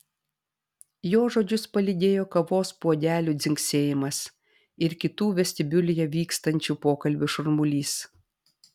jo žodžius palydėjo kavos puodelių dzingsėjimas ir kitų vestibiulyje vykstančių pokalbių šurmulys